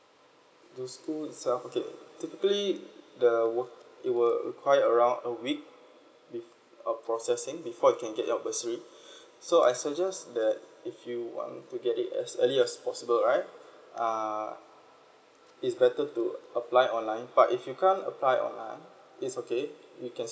to school itself okay typically the work~ it will require around a week bef~ uh processing before you can get your bursary so I suggest that if you want to get it as early as possible right err it's better to apply online but if you can't apply online it's okay you can